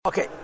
Okay